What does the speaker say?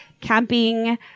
camping